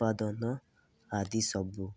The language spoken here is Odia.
ଉତ୍ପାଦନ ଆଦି ସବୁ